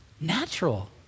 natural